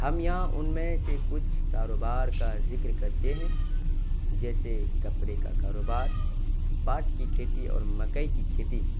ہم یہاں ان میں سے کچھ کاروبار کا ذکر کرتے ہیں جیسے کپڑے کا کاروبار پاٹ کی کھیتی اور مکئی کی کھیتی